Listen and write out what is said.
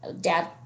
dad